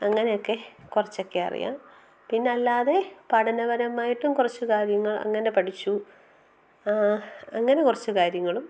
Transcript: അങ്ങനെയൊക്കെ കുറച്ചൊക്കെ അറിയാം പിന്നെ അല്ലാതെ പഠനപരമായിട്ടും കു റച്ചു കാര്യങ്ങൾ അങ്ങനെ പഠിച്ചു അങ്ങനെ കുറച്ച് കാര്യങ്ങളും